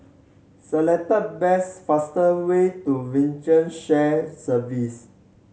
select the best fastest way to Shared Service